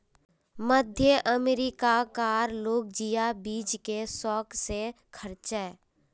मध्य अमेरिका कार लोग जिया बीज के शौक से खार्चे